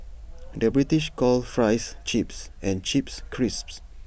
the British calls Fries Chips and Chips Crisps